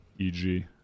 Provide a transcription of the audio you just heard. EG